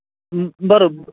बरोब